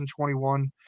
2021